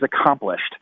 accomplished